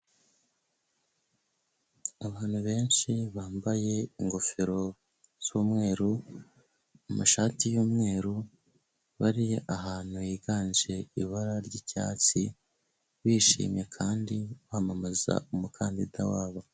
Abantu benshi bambaye ingofero z'umweru, amashati y'umweru, bari ahantu higanje ibara ry'icyatsi, bishimye kandi bamamaza umukandida wabo.